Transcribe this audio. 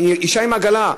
אישה עם עגלה,